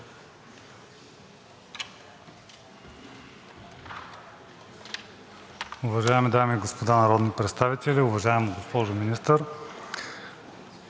Уважаеми дами и господа народни представители! Уважаема госпожо Министър,